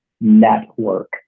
network